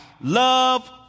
love